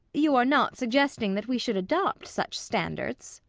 you are not suggesting that we should adopt such standards?